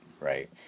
right